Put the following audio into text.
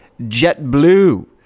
JetBlue